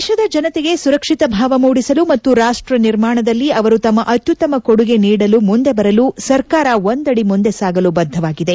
ದೇಶದ ಜನತೆಗೆ ಸುರಕ್ಷಿತ ಭಾವ ಮೂದಿಸಲು ಮತ್ತು ರಾಷ್ಟ ನಿರ್ಮಾಣದಲ್ಲಿ ಅವರು ತಮ್ಮ ಅತ್ಯುತ್ತಮ ಕೊದುಗೆ ನೀಡಲು ಮುಂದೆ ಬರಲು ಸರ್ಕಾರ ಒಂದಡಿ ಮುಂದೆ ಸಾಗಲು ಬದ್ದವಾಗಿದೆ